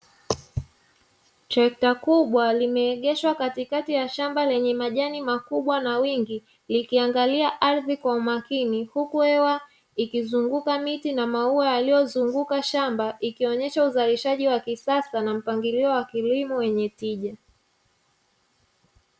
Trekta kubwa limeegeshwa katikati ya shamba lenye majani makubwa na wingi likiangalia ardhi kwa umakini, huku hewa ikizunguka miti na maua yaliyozunguka shamba ikionyesha uzalishaji wa kisasa na mpangilio wa kilimo wenye tija.